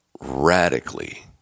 radically